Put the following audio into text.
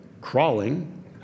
crawling